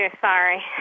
Sorry